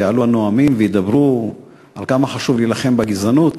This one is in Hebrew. ויעלו הנואמים וידברו על כמה חשוב להילחם בגזענות.